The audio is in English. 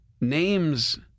Names